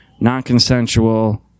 non-consensual